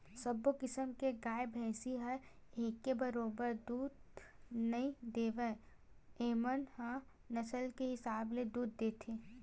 सब्बो किसम के गाय, भइसी ह एके बरोबर दूद नइ देवय एमन ह नसल के हिसाब ले दूद देथे